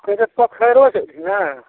पोखेरो छै की नहि